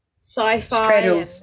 sci-fi